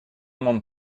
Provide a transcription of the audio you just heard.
demande